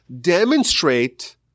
demonstrate